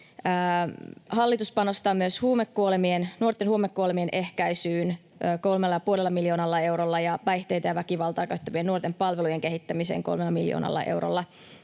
Hallitus panostaa myös nuorten huumekuolemien ehkäisyyn kolmella ja puolella miljoonalla eurolla ja päihteitä ja väkivaltaa käyttävien nuorten palvelujen kehittämiseen kolmella miljoonalla eurolla.